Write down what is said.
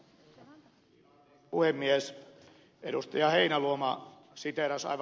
heinäluoma siteerasi aivan oikein ed